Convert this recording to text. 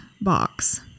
box